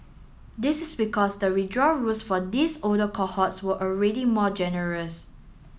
this is because the withdrawal rules for these older cohorts were already more generous